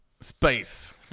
Space